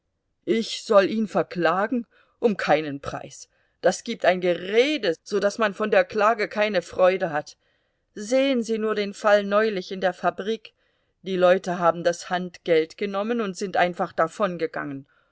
ich soll ihn verklagen um keinen preis das gibt ein gerede so daß man von der klage keine freude hat sehen sie nur den fall neulich in der fabrik die leute haben das handgeld genommen und sind einfach